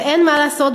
ואין מה לעשות,